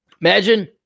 Imagine